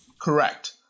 Correct